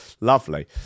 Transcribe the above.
lovely